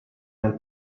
nel